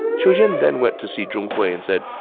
qiu jian then went to see zhong hui and said,